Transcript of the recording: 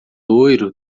loiro